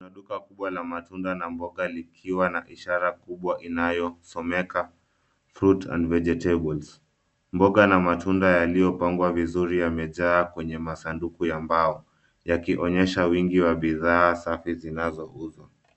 Kuna duka kubwa la matunda na mboga likiwa na ishara kubwa inayosomeka, fruits and vegetables. Mboga na matunda yaliyopangwa vizuri yamejaa kwenye masanduku ya mbao yakionyesha wingi wa bidhaa safi zinazouzwa.